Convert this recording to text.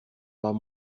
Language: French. pas